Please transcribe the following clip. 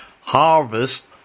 Harvest